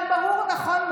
גם ברור לכול,